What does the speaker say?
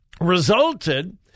resulted